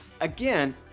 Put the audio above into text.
again